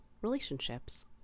relationships